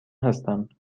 هستم